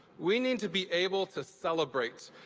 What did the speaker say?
we need to be able to celebrate,